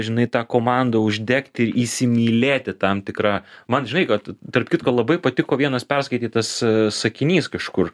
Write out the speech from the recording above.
žinai tą komandą uždegti ir įsimylėti tam tikra man žinai kad tarp kitko labai patiko vienas perskaitytas sakinys kažkur